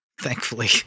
Thankfully